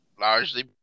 largely